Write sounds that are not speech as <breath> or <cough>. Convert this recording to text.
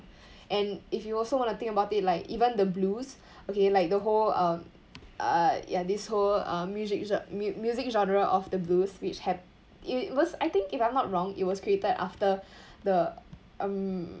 and if you also want to think about it like even the blues okay like the whole um err ya this whole um music gen~ mu~ music genre of the blues which hap~ it it was I think if I'm not wrong it was created after <breath> the um